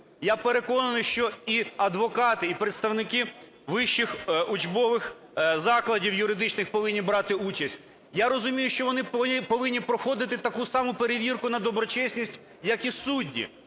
Я переконаний, що і адвокати, і представники вищих учбових закладів юридичних повинні брати участь. Я розумію, що вони повинні проходити таку саму перевірку на доброчесність, як і судді.